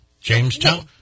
Jamestown